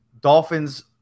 Dolphins